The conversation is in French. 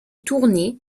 tourné